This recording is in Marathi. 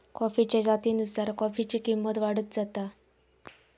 कॉफीच्या जातीनुसार कॉफीची किंमत वाढत जाता